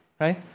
Right